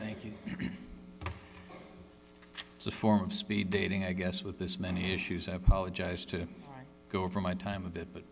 thank you it's a form of speed dating i guess with this many issues apologize to go over my time a bit